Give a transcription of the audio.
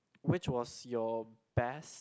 which was your best